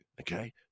Okay